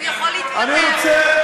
הוא יכול להתפטר, שיתפטר.